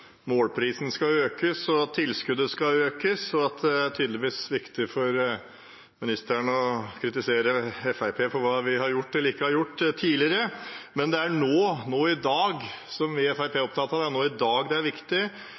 målprisen skal økes, og at tilskuddet skal økes. Det er tydeligvis viktig for statsråden å kritisere Fremskrittspartiet for hva vi har gjort eller ikke gjort tidligere, men det er nå i dag vi i Fremskrittspartiet er opptatt av, det er nå i dag det er viktig,